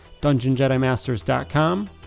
dungeonjedimasters.com